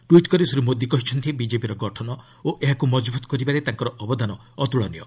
tweet କରି ଶ୍ରୀ ମୋଦି କହିଛନ୍ତି ବିଜେପିର ଗଠନ ଓ ଏହାକୁ ମଜଭୂତ କରିବାରେ ତାଙ୍କର ଅବଦାନ ଅତ୍କଳନୀୟ